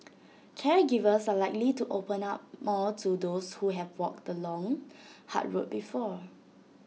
caregivers are likely to open up more to those who have walked the long hard road before